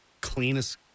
cleanest